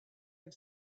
have